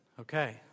Okay